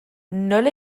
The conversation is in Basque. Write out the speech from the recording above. nola